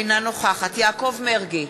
אינה נוכחת יעקב מרגי,